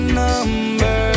number